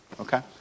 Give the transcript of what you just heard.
Okay